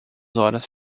horas